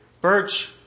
Birch